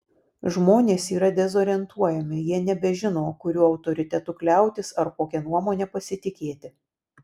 žmonės yra dezorientuojami jie nebežino kuriuo autoritetu kliautis ar kokia nuomone pasitikėti